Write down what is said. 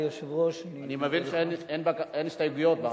אדוני היושב-ראש, אני מבין שאין הסתייגויות.